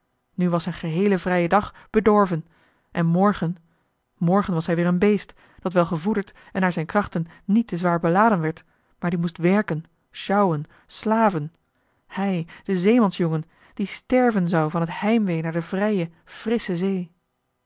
nu was zijn geheele vrije dag bedorven en morgen morgen was hij weer een beest dat wel gevoederd en naar zijn krachten niet te zwaar beladen werd maar die moest werken sjouwen slaven hij de zeemansjongen die sterven zou van het heimwee naar de vrije frissche zee